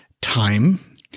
time